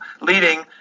leading